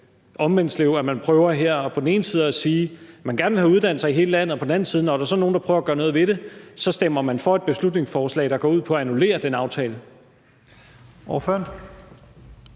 Omvendtslev, at man her på den ene side prøver at sige, at man gerne vil have uddannelser i hele landet, og når der på den anden side så er nogle, der prøver at gøre noget ved det, så stemmer man for et beslutningsforslag, der går ud på at annullere den aftale.